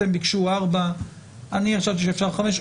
הם ביקשו 4 ואני חשבתי שאפשר 5,